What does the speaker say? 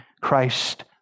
Christ